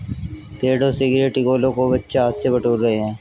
पेड़ से गिरे टिकोलों को बच्चे हाथ से बटोर रहे हैं